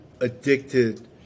addicted